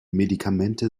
medikamente